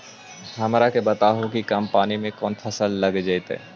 हमरा के बताहु कि कम पानी में कौन फसल लग जैतइ?